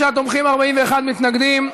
56 תומכים, 41 מתנגדים.